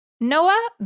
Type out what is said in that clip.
Noah